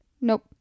Nope